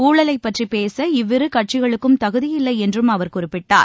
ஊழலைப்பற்றிப் பேச இவ்விறுகட்சிகளுக்கும் தகுதியில்லைஎன்றும் அவர் குறிப்பிட்டார்